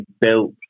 built